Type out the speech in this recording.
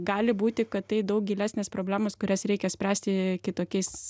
gali būti kad tai daug gilesnės problemos kurias reikia spręsti kitokiais